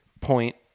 point